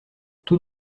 tout